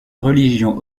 religion